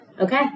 Okay